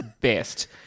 best